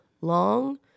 long